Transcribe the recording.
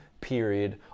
period